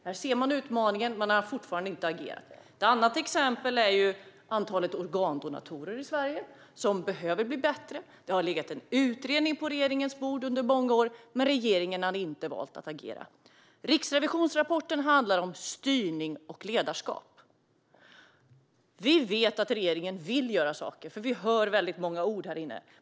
Där ser man utmaningen, men man har fortfarande inte agerat. Ett annat exempel är antalet organdonatorer i Sverige, som behöver öka. Det har legat en utredning på regeringens bord under många år, men regeringen har valt att inte agera. Riksrevisionsrapporten handlar om styrning och ledarskap. Vi vet att regeringen vill göra saker, för vi hör väldigt många ord härinne.